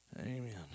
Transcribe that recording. Amen